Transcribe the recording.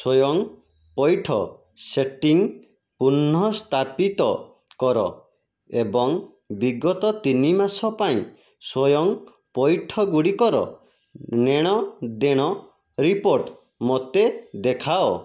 ସ୍ଵୟଂ ପୈଠ ସେଟିଂ ପୁନଃସଂସ୍ଥାପିତ କର ଏବଂ ବିଗତ ତିନି ମାସ ପାଇଁ ସ୍ଵୟଂ ପୈଠ ଗୁଡ଼ିକର ନେଣ ଦେଣ ରିପୋର୍ଟ ମୋତେ ଦେଖାଅ